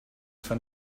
for